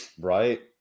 right